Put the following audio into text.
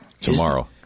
tomorrow